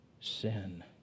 sin